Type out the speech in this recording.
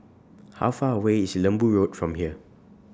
How Far away IS Lembu Road from here